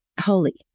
Holy